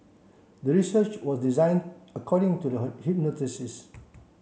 the research was designed according to the hypothesis